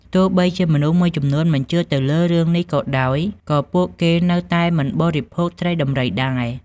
ទោះបីជាមនុស្សមួយចំនួនមិនជឿទៅលើរឿងនេះក៏ដោយ ក៏ពួកគេនៅតែមិនបរិភោគត្រីដំរីដែរ។